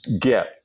get